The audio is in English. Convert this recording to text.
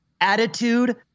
attitude